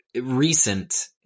recent